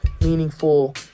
meaningful